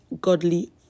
godly